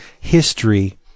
history